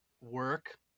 work